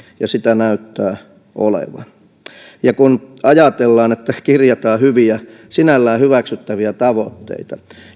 ja sitä näyttää olevan kun ajatellaan että kirjataan hyviä sinällään hyväksyttäviä tavoitteita